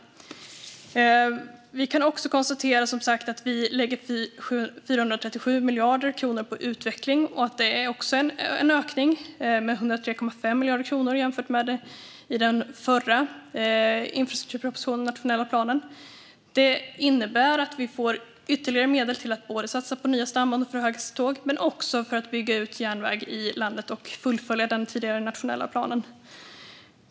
Vi kan som sagt också konstatera att vi lägger 437 miljarder kronor på utveckling och att det är en ökning med 103,5 miljarder kronor jämfört med den förra infrastrukturpropositionen och nationella planen. Det innebär att vi får ytterligare medel till att både satsa på nya stambanor för höghastighetståg och att bygga ut järnväg i landet och fullfölja den tidigare nationella planen.